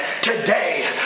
today